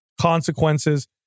consequences